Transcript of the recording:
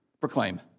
Proclaim